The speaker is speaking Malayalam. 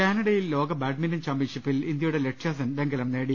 കാനഡയിൽ ലോക ബാഡ്മിന്റൺ ചാമ്പ്യൻഷിപ്പിൽ ഇന്ത്യയുടെ ലക്ഷ്യാസെൻ വെങ്കലം നേടി